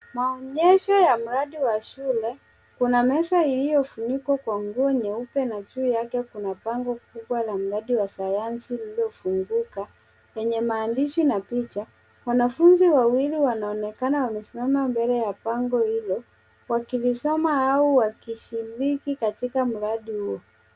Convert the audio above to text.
Maonyesho ya mradi wa shule, kuna meza iliyofunikwa kwa nguo nyeupe na juu yake kuna bango kubwa wa mradi wa sayansi lililofunguka lenye maandishi na picha. Wanafunzi wawili wanaonekana wamesimama mbele ya bango hilo, wakilisoma au wakishiriki katika mradi huo.